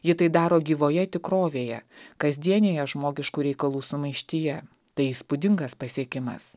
ji tai daro gyvoje tikrovėje kasdienėje žmogiškų reikalų sumaištyje tai įspūdingas pasiekimas